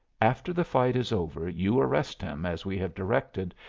after the fight is over you arrest him as we have directed,